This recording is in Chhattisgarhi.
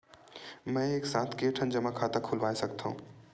मैं एक साथ के ठन जमा खाता खुलवाय सकथव?